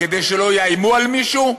כדי שלא יאיימו על מישהו?